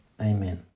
amen